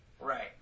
right